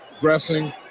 dressing